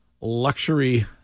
luxury